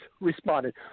responded